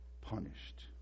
punished